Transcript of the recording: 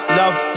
love